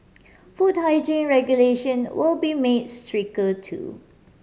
food hygiene regulation will be made stricter too